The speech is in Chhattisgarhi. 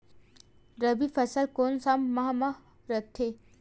रबी फसल कोन सा माह म रथे?